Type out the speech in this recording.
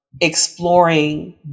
exploring